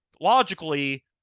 logically